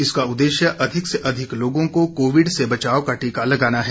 इस का उद्देश्य अधिक से अधिक लोगों को कोविड से बचाव का टीका लगाना है